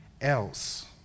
else